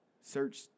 Search